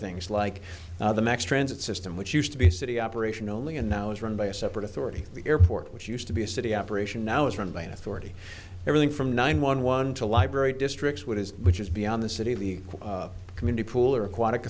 things like the next transit system which used to be city operation only and now it's run by a separate authority the airport which used to be a city operation now is run by an authority everything from nine one one to library district which is which is beyond the city of the community pool or aquatic